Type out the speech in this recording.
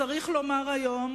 צריך לומר היום